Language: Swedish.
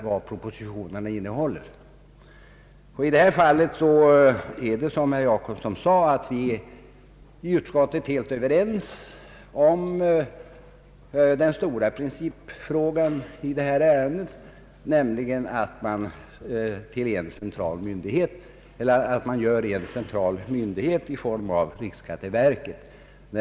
I föreliggande ärende är vi, som herr Jacobsson sade, i utskottet helt överens om den stora principfrågan, nämligen att man skall ha en central myndighet i form av ett riksskatteverk.